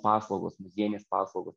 paslaugos muziejinės paslaugos